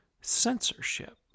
censorship